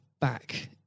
back